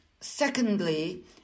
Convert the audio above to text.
Secondly